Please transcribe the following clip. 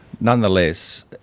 Nonetheless